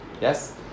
Yes